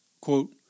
Quote